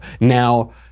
Now